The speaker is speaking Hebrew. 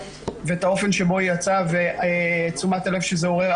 את האופן שבו היא יצאה ותשומת הלב שזה עורר,